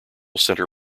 center